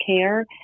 care